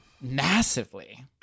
massively